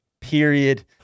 period